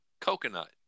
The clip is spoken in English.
coconut